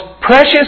precious